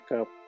up